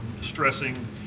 stressing